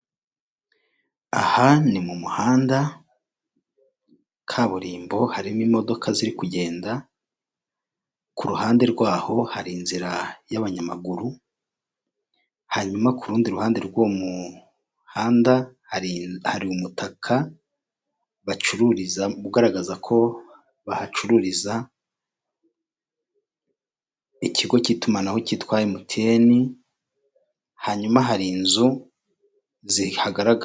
Nyiricyubahiro umuyobozi w'igihugu cy'u Rwanda yambaye ishati y'umweru nipantaro y'umukara mu kiganza cy'iburyo afite icyuma ndangururamajwi ndetse n'agacupa k'amazi kuru ruhande yicaye hagati y'abantu abantu benshi bamuhanze amaso.